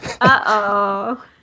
Uh-oh